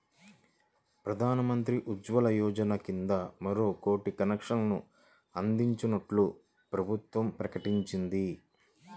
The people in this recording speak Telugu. ప్రధాన్ మంత్రి ఉజ్వల యోజన కింద మరో కోటి కనెక్షన్లు అందించనున్నట్లు ప్రభుత్వం ప్రకటించింది